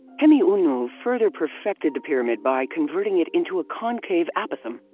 hemiunu further perfected the pyramid by converting it into a concave apothem.